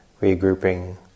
regrouping